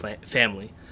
family